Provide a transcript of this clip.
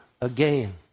again